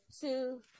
two